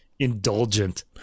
indulgent